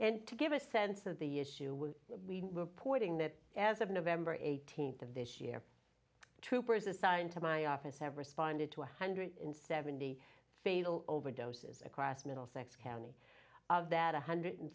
and to give a sense of the issue was we were pointing that as of november eighteenth of this year troopers assigned to my office have responded to a hundred and seventy fatal overdoses across middlesex county of that one hundred